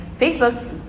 Facebook